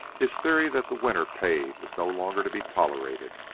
his theory that the winner paid was no longer to be tolerated.